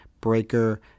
Breaker